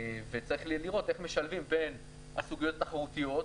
וצריך איך משלבים בין סוגיות התחרותיות,